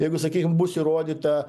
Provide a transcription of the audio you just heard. jeigu sakykim bus įrodyta